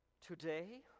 Today